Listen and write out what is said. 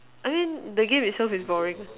I mean the game itself is like boring